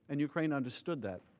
and ukraine understood that.